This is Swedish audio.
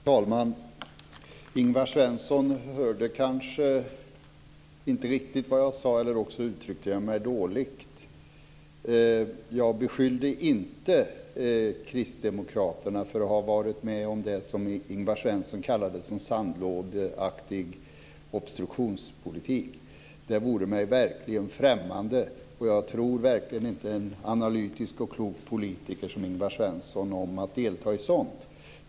Herr talman! Ingvar Svensson hörde kanske inte riktigt vad jag sade eller så uttryckte jag mig dåligt. Jag beskyllde inte Kristdemokraterna för att ha varit med om det som Ingvar Svensson kallade för sandlådeaktig obstruktionspolitik. Det vore mig verkligen främmande, och jag tror verkligen inte en analytisk och klok politiker som Ingvar Svensson om att delta i sådant.